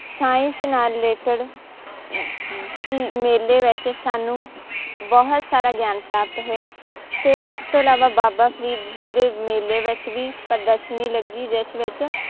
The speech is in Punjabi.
ਸਾਇੰਸ ਨਾਲ ਰਿਲੇਟਡ ਜੀ ਮੇਲੇ ਵਿੱਚ ਸਾਨੂੰ ਬਹੁਤ ਸਾਰਾ ਗਿਆਨ ਪ੍ਰਾਪਤ ਹੋਇਆ ਅਤੇ ਇਸ ਤੋਂ ਇਲਾਵਾ ਬਾਬਾ ਫਰੀਦ ਜੀ ਦੇ ਮੇਲੇ ਵਿੱਚ ਵੀ ਪ੍ਰਦਰਸ਼ਨੀ ਲੱਗੀ ਜਿਸ ਵਿੱਚ